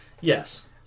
Yes